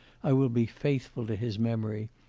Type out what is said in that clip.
i will be faithful to his memory,